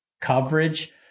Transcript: coverage